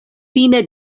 fine